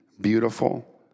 beautiful